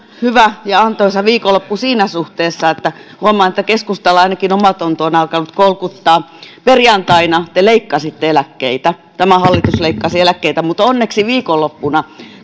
hyvä ja antoisa viikonloppu siinä suhteessa että huomaan että keskustalla ainakin omatunto on alkanut kolkuttaa perjantaina te leikkasitte eläkkeitä tämä hallitus leikkasi eläkkeitä mutta onneksi viikonloppuna